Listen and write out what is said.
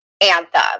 anthem